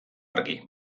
argi